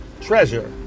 treasure